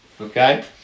Okay